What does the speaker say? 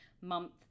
month